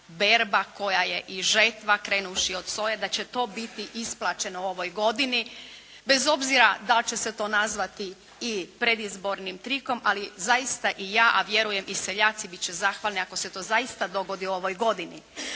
berba koja je žetva krenuvši od soje, da će to biti isplaćeno u ovoj godini bez obzira da li će se to nazvati i predizbornim trikom ali zaista i ja a vjerujem i seljaci bit će zahvalni ako se to zaista dogodi u ovoj godini.